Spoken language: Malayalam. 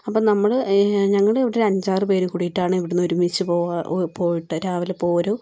അപ്പം നമ്മൾ ഞങ്ങൾ ഇവിടെ ഒരു അഞ്ചാറ് പേര് കൂടീട്ടാണ് ഇവിടുന്ന് ഒരുമിച്ച് പോവാ പോയിട്ട് രാവിലെ പോരും